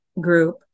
group